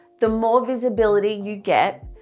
the more visibility you get,